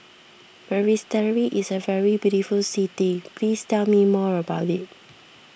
Basseterre is a very beautiful city please tell me more about it